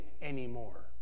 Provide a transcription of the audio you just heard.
anymore